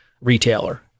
retailer